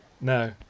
No